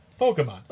Pokemon